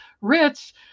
Rich